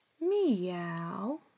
meow